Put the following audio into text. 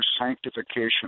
sanctification